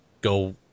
go